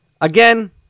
Again